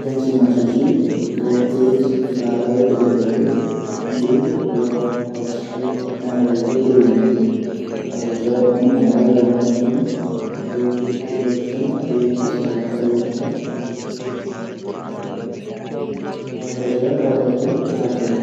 कैंची मा जू च दो तेज धारी वाली ब्लेड हूंदी। जो एक्स एंगल पर जुडी होंदी। जब हम हैडल थै दबोंदा छन। तब जू ब्लेड एक दूसरा करीब आंदा तब कागज या कपडा थै काटि दिंदा।